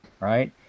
right